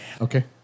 Okay